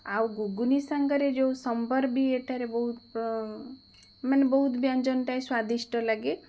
ଆଉ ଗୁଗୁନି ସାଙ୍ଗରେ ଯେଉଁ ସମ୍ବର ବି ଏଠାରେ ବହୁତ ପ ମାନେ ବହୁତ ବ୍ୟଞ୍ଜନ ଟାଏ ସ୍ଵାଦିଷ୍ଟ ଲାଗେ